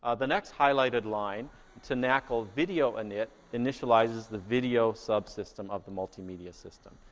ah the next highlighted line to nacl video init initializes the video subsystem of the multimedia system.